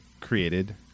created